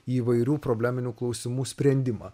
į įvairių probleminių klausimų sprendimą